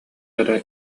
эрэ